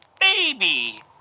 baby